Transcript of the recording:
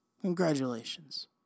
Congratulations